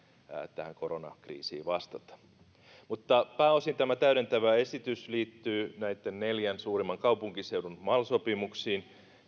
tähän koronakriisiin mutta pääosin tämä täydentävä esitys liittyy näitten neljän suurimman kaupunkiseudun mal sopimuksiin